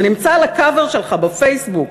זה נמצא על ה-cover שלך בפייסבוק,